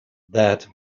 that